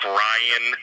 ryan